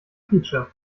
feature